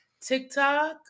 TikTok